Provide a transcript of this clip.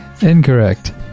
Incorrect